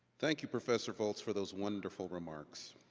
thank you, professor volz for those wonderful remarks.